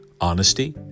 honesty